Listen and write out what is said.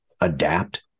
adapt